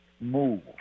move